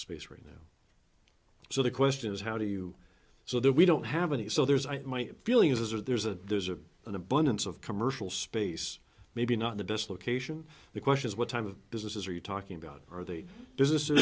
space right now so the question is how do you so that we don't have any so there's i my feeling is or there's a there's a an abundance of commercial space maybe not the best location the question is what type of businesses are you talking about are the businesses